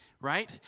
right